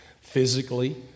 physically